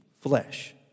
flesh